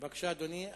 בבקשה, אדוני.